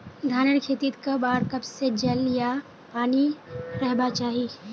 धानेर खेतीत कब आर कब से जल या पानी रहबा चही?